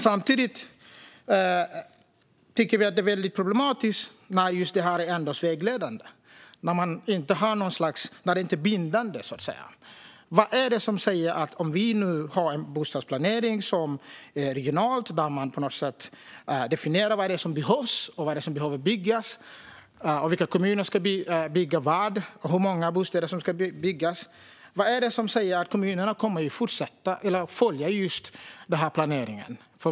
Samtidigt tycker vi att det är problematiskt när det här endast är vägledande, när det så att säga inte är bindande. Om vi nu har en bostadsplanering som är regional och där man på något sätt definierar vad det är som behövs, vad som behöver byggas, vilka kommuner som ska bygga vad och hur många bostäder som ska byggas, vad är det då som säger att kommunerna kommer att följa den planeringen?